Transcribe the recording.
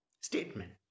statement